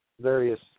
various